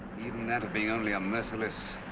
even that of being only a merciless,